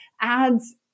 ads